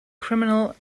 criminal